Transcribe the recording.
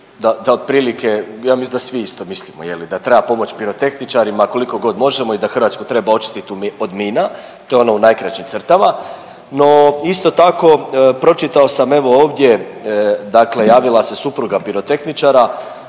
da otprilike, ja mislim da svi isto mislimo, je li, da treba pomoći pirotehničarima koliko god možemo i da Hrvatsku treba očistiti od mina. To je ono u najkraćim crtama. No isto tako pročitao sam evo ovdje, dakle javila se supruga pirotehničara